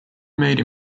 made